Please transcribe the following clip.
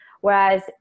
Whereas